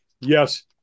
yes